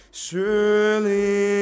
surely